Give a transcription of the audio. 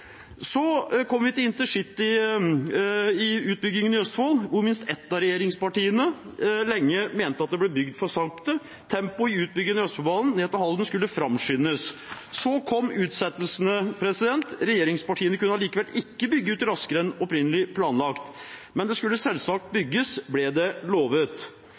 Så kommer vi til intercityutbyggingen i Østfold, hvor minst et av regjeringspartiene lenge mente at det ble bygd for sakte. Tempoet i utbyggingen av Østfoldbanen ned til Halden skulle framskyndes. Så kom utsettelsene. Regjeringspartiene kunne allikevel ikke bygge ut raskere enn opprinnelig planlagt. Men det skulle selvsagt bygges, ble det lovet.